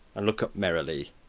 and look up merrily.